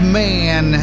man